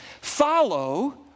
follow